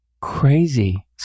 Crazy